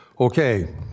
Okay